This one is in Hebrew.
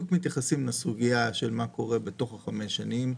מתייחסים לסוגיה של מה קורה בתוך חמש השנים,